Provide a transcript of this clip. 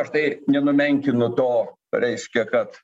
štai nenumenkinu to reiškia kad